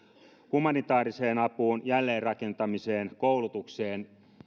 humanitaariseen apuun jälleenrakentamiseen koulutukseen